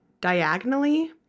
diagonally